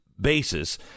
basis